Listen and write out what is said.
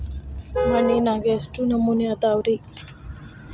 ಮಣ್ಣಿನಾಗ ಎಷ್ಟು ನಮೂನೆ ಅದಾವ ರಿ?